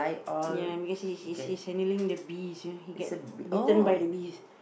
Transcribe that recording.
ya because he he's he's handling the bees you know he get bitten by the bees